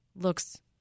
looks